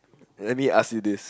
let me ask you this